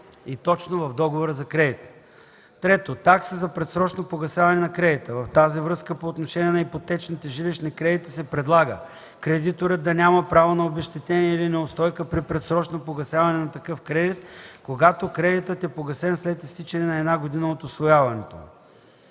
3. Такса за предсрочно погасяване на кредита. В тази връзка по отношение на ипотечните жилищни кредити се предлага кредиторът да няма право на обезщетение или неустойка при предсрочно погасяване на такъв кредит, когато кредитът е погасен след изтичане на 1 година от усвояването